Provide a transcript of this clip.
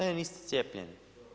E niste cijepljeni.